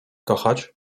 kochać